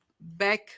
Back